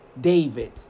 David